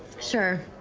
sure.